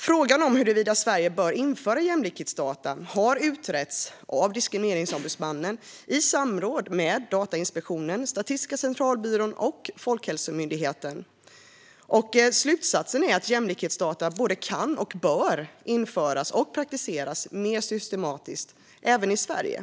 Frågan om huruvida Sverige bör införa jämlikhetsdata har utretts av Diskrimineringsombudsmannen i samråd med Datainspektionen, Statistiska centralbyrån och Folkhälsomyndigheten. Slutsatsen är att jämlikhetsdata både kan och bör införas och praktiseras mer systematiskt även i Sverige.